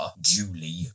Julie